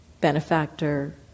benefactor